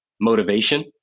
motivation